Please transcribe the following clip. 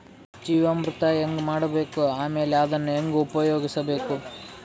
ಜೀವಾಮೃತ ಹೆಂಗ ಮಾಡಬೇಕು ಆಮೇಲೆ ಅದನ್ನ ಹೆಂಗ ಉಪಯೋಗಿಸಬೇಕು?